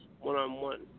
one-on-one